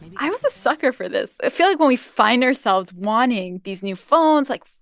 i was a sucker for this. i feel like when we find ourselves wanting these new phones, like,